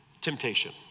temptation